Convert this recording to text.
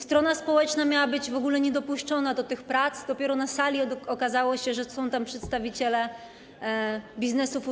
Strona społeczna miała być w ogóle niedopuszczona do tych prac, dopiero na sali okazało się, że są tam przedstawiciele biznesu futerkowego.